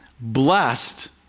blessed